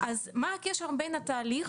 אז מה הקשר בין התהליך,